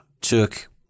took